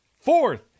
Fourth